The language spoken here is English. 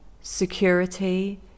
security